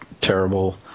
terrible